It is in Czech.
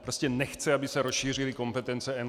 Prostě nechce, aby se rozšířily kompetence NKÚ.